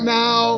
now